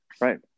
Right